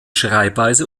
schreibweise